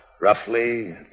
Roughly